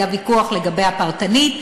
היה ויכוח לגבי הפרטנית,